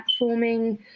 platforming